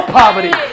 poverty